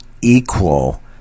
equal